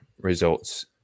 results